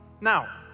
Now